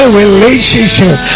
relationship